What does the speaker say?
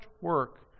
work